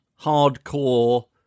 hardcore